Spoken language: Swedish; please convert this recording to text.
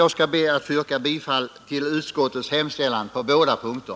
Jag ber att få yrka bifall till utskottets hemställan på båda punkter.